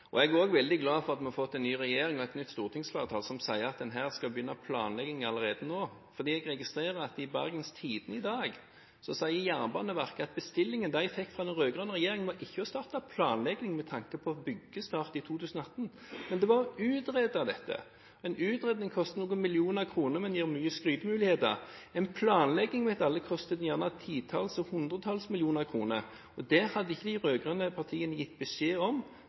framtidsrettet. Jeg er også veldig glad for at vi har fått en ny regjering og et nytt stortingsflertall som sier at en skal begynne planlegging allerede nå. For jeg registrerer at i Bergens Tidende i dag sier Jernbaneverket at bestillingen de fikk fra den rød-grønne regjeringen, ikke var å starte planlegging med tanke på byggestart i 2018, men det var å utrede dette. En utredning koster noen millioner kroner, men gir mange skrytemuligheter. Alle vet at en planlegging gjerne koster titalls eller hundretalls millioner kroner, og det hadde ikke de rød-grønne partiene gitt beskjed om